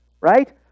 Right